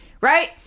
Right